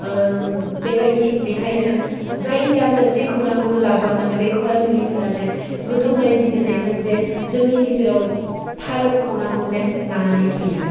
बेबायदि बेखायनो जायआनो जि खौरांखौनो लाबोया मानो बे खौरांगिरिफोरा जेन गोथौ नायबिजिरनायजों जे जोंनि गेजेराव थार खौरांखौ जेन लानानै फैयो